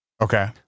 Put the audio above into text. Okay